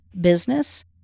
business